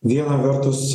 viena vertus